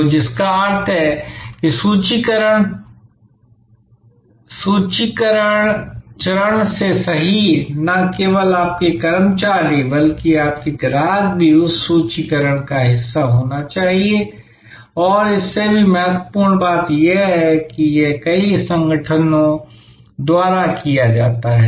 तो जिसका अर्थ है कि सूत्रीकरण चरण से सही न केवल आपके कर्मचारी बल्कि आपके ग्राहक भी उस सूत्रीकरण का हिस्सा होने चाहिए और इससे भी महत्वपूर्ण बात यह है कि यह कई संगठनों द्वारा किया जाता है